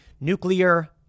nuclear